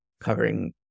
covering